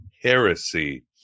heresy